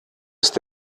ist